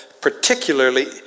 particularly